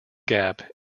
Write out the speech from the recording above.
gap